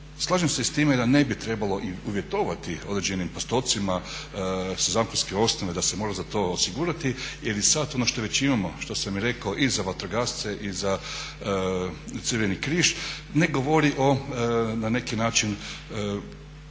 Slažem se s time da ne bi trebalo i uvjetovati određenim postotcima sa zakonske osnove da se mora za to osigurati, jer i sad ono što već imamo, što sam rekao i za vatrogasce i za Crveni križ ne govori o na neki način spremnošću